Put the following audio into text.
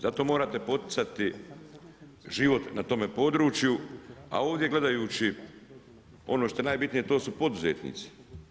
Zato morate poticati život na tome području a ovdje gledajući ono to je najbitnije to su poduzetnici.